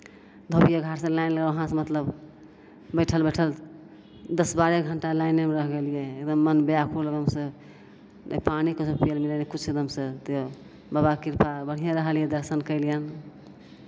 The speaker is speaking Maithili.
धोबिए घाटसँ लाइन लगहौ वहाँसँ मतलब बैठल बैठल दस बारह घण्टा लाइनेमे रहि गेलियै एकदम मन व्याकुल एकदमसँ नहि पानि कहीँ पियलियै नहि किछु एकदमसँ ओतय बाबा कृपा बढ़िएँ रहलियै दर्शन केलियनि